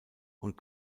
und